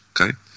okay